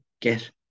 get